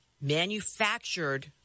manufactured